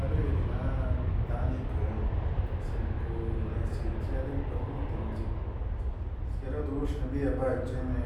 Adredina danikə senkə sitiaden parni tenozit skiaradox kenieb echene